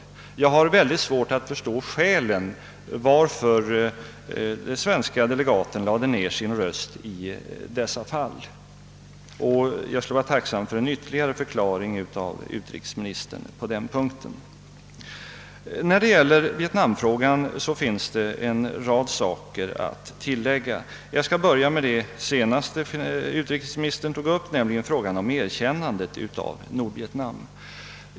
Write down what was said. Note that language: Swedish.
Jag har mycket svårt att förstå skälen till att den svenske delegaten lade ned sin röst i dessa fall, och jag skulle vara tacksam för en ytterligare förklaring av utrikesministern på den punkten, Beträffande vietnamfrågan finns det en rad saker att tillägga. Jag skall börja med vad utrikesministern tog upp senast, nämligen frågan om erkännande av Nordvietnam.